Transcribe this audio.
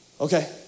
Okay